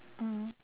mm